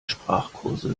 sprachkurse